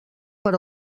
per